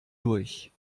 durch